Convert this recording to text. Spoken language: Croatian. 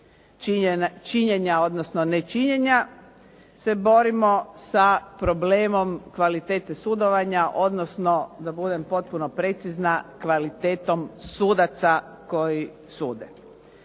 činjenja odnosno nečinjenja, se borimo sa problemom kvalitete sudovanja, odnosno da budem potpuno precizna, kvalitetom sudaca koji sude.